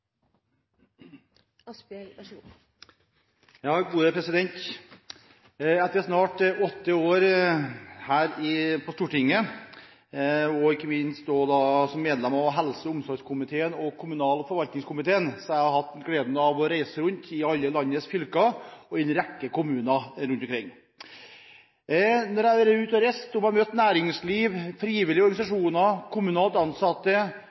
ikke minst som medlem av helse- og omsorgskomiteen og kommunal- og forvaltningskomiteen, har jeg hatt gleden av reise rundt i alle landets fylker og i en rekke kommuner rundt omkring. Når jeg har vært ute og reist og møtt næringsliv, frivillige organisasjoner, kommunalt ansatte